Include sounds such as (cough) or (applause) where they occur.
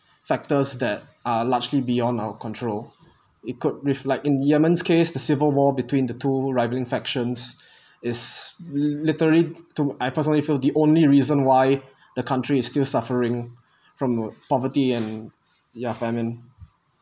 factors that are largely beyond our control it could reflect in yemen's case the civil war between the two rivalling factions (breath) is literally too I personally feel the only reason why the country is still suffering from poverty and ya famine